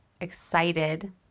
excited